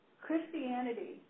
Christianity